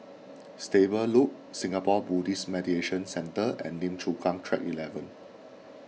Stable Loop Singapore Buddhist Meditation Centre and Lim Chu Kang Track eleven